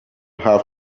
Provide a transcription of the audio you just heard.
have